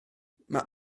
mae